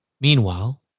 Meanwhile